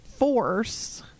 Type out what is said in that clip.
Force